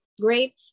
great